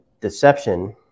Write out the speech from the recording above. deception